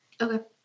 Okay